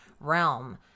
realm